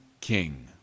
king